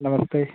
नमस्ते